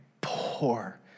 poor